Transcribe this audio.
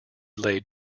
laid